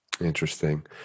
Interesting